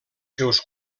seus